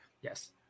Yes